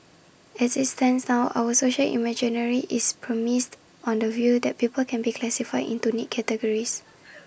as IT stands now our social imaginary is premised on the view that people can be classified into neat categories